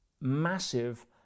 massive